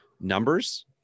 numbers